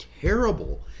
terrible